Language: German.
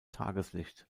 tageslicht